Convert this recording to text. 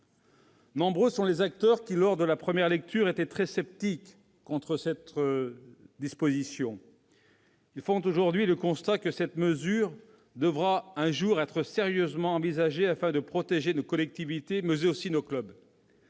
Nombreux sont les acteurs qui, lors de la première lecture, étaient très sceptiques face à cette disposition. Ils font aujourd'hui le constat qu'elle devra un jour être sérieusement envisagée, afin de protéger nos collectivités, mais aussi nos clubs.